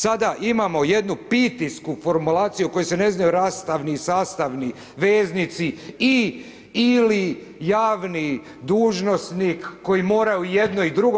Sada imamo jednu pitijsku formulaciju u kojoj se ne znaju rastavni i sastavni veznici i, ili, javni dužnosnik koji moraju i jedno i drugo.